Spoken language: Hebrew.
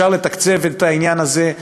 אפשר לתקצב את העניין הזה.